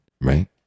right